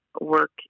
work